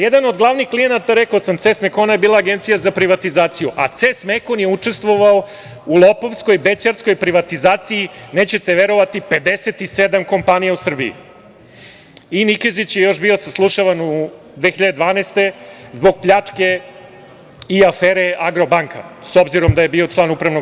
Jedan od glavnih klijenata, rekao sam „CES Mekona“ je bila Agencija za privatizaciju, a „CES Mekon“ je učestvovao u lopovskoj, bećarskoj privatizaciji, nećete verovati, 57 kompanija u Srbiji i Nikezić je još bio saslušavan 2012. godine zbog pljačke i afere „Agrobanka“ obzirom da je bio član UO.